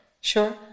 Sure